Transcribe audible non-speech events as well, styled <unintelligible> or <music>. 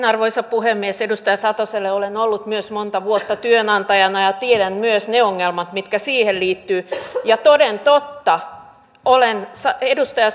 <unintelligible> arvoisa puhemies edustaja satoselle olen ollut myös monta vuotta työnantajana ja tiedän myös ne ongelmat mitkä siihen liittyvät toden totta olen edustaja <unintelligible>